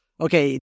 okay